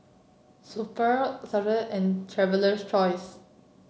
Super and Traveler's Choice